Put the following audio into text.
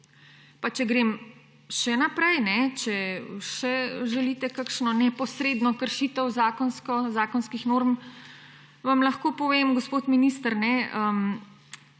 Pa če grem še naprej, če še želite kakšno neposredno kršitev zakonskih norm, vam lahko povem, gospod minister,